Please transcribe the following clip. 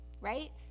right